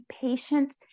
patient